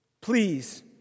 please